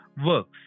works